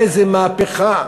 איזו מהפכה.